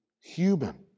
human